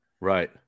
Right